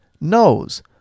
knows